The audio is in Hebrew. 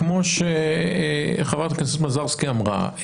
כמו שחברת הכנסת מזרסקי אמרה,